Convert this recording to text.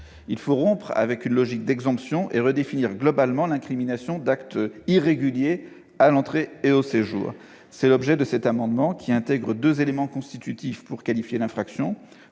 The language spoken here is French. : rompre avec une logique d'exemptions et redéfinir globalement l'incrimination d'aide à l'entrée et au séjour irréguliers. Tel est l'objet de cet amendement, qui intègre deux éléments constitutifs pour qualifier l'infraction.